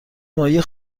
ماهی